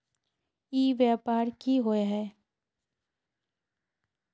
ई व्यापार की होय है?